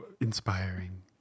Inspiring